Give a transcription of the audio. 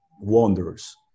wonders